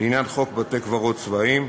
לעניין חוק בתי-קברות צבאיים.